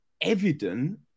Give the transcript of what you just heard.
evident